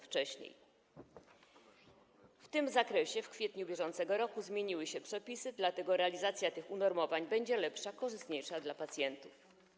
W tym zakresie w kwietniu bieżącego roku zmieniły się przepisy, dlatego realizacja tych unormowań będzie lepsza, korzystniejsza dla pacjentów.